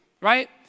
Right